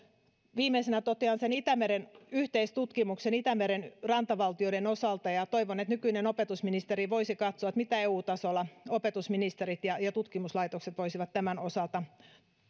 viimeisenä totean että opetusministerinä aloitin itämeren yhteistutkimuksen itämeren rantavaltioiden osalta ja ja toivon että nykyinen opetusministeri voisi katsoa mitä eu tasolla opetusministerit ja ja tutkimuslaitokset voisivat tämän osalta